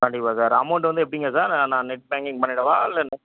கண்டிப்பாக sir amount வந்து எப்படிங்க சார் நான் நெட் பேங்கிங் பண்ணிவிடவா இல்லை